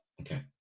okay